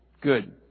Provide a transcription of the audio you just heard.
good